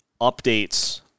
updates